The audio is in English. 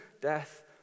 death